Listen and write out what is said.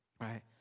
right